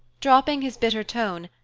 dropping his bitter tone,